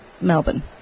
Melbourne